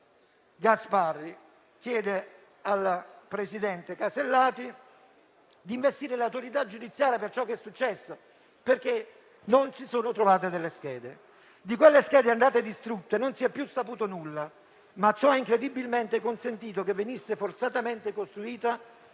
il senatore Gasparri chiede alla presidente Casellati di investire l'autorità giudiziaria per ciò che è successo, perché non si sono trovate delle schede. Di quelle schede andate distrutte non si è più saputo nulla, ma ciò ha incredibilmente consentito che venisse forzatamente costruita